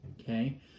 Okay